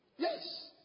Yes